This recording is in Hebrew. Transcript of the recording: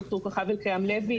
ד"ר כוכב אלקים-לוי,